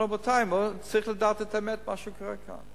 אבל בינתיים צריך לדעת את האמת על מה שקורה כאן.